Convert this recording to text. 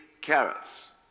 carrots